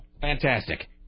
fantastic